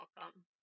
welcome